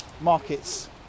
markets